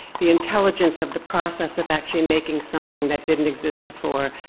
the intelligence of the process of actually making something that didn't exist before,